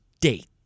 date